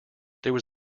there